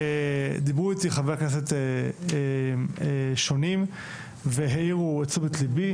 דיברו איתי חברי כנסת שונים והעירו את תשומת ליבי,